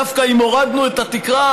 דווקא אם הורדנו את התקרה,